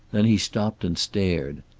then he stopped and stared.